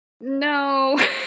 No